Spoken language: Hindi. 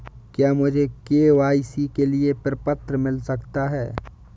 क्या मुझे के.वाई.सी के लिए प्रपत्र मिल सकता है?